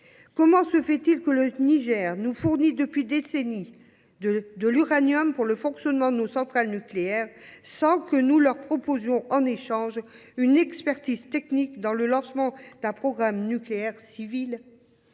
Comment se fait il que le Niger nous fournisse depuis des décennies de l’uranium pour le fonctionnement de nos centrales nucléaires, sans que nous lui proposions en échange une expertise technique pour le lancement d’un programme nucléaire civil ?